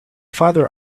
father